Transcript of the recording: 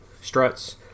struts